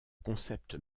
concept